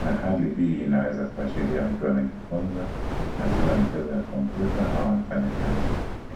na hali hii inaweza kuashiria mtu anajifunza, anacheza michezo ya komputa au anafanya kazi.